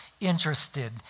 interested